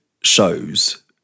shows